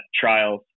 trials